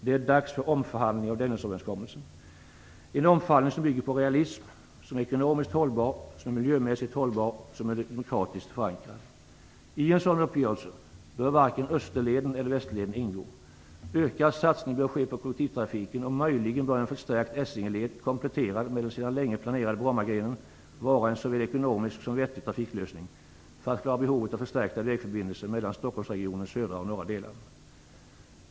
Det är dags för omförhandling av Dennisöverenskommelsen - en omförhandling som bygger på realism, som är ekonomiskt hållbar, som är miljömässigt hållbar och som är demokratiskt förankrad. I en sådan uppgörelse bör varken Österleden eller Västerleden ingå. Ökad satsning bör ske på kollektivtrafiken och möjligen bör en förstärkt essingeled kompletterad med den sedan länge planerade Brommagrenen vara såväl en ekonomisk som en vettig trafiklösning för att klara behovet av förstärkta vägförbindelser mellan Stockholmsregionens södra och norra delar.